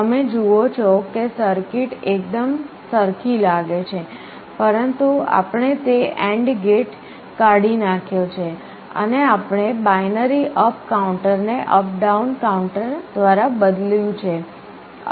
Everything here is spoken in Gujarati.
તમે જુઓ છો કે સર્કિટ એકદમ સરખી લાગે છે પરંતુ આપણે તે AND ગેટ કાઢી નાખ્યો છે અને આપણે બાઈનરી અપ કાઉન્ટર ને અપ ડાઉન કાઉન્ટર દ્વારા બદલ્યું છે